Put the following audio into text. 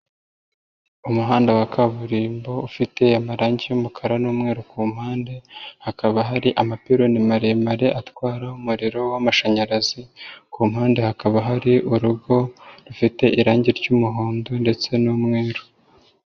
Umuhanda wa kaburimbo ufite amarangi y'umukara n'umweru ku mpande hakaba hari amapironi maremare atwara umuriro w'amashanyarazi, ku mpande hakaba hari urugo rufite irangi ry'umuhondo ndetse n'umweru.